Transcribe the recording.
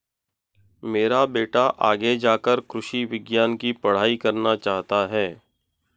मेरा बेटा आगे जाकर कृषि विज्ञान की पढ़ाई करना चाहता हैं